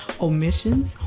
omissions